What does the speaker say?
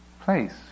place